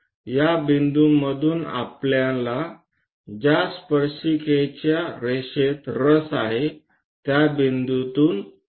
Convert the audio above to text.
या बिंदूमधून आपल्याला ज्या स्पर्शिकाच्या रेषेत रस आहे त्या बिंदूतून जा